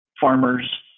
farmers